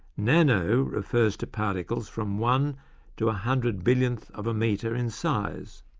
nano refers to particles from one to a hundred billionth of a metre in size.